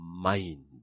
mind